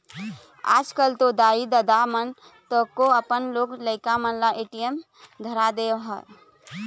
आजकल तो दाई ददा मन ह तको अपन लोग लइका मन ल ए.टी.एम धरा दे हवय